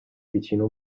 vicino